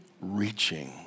reaching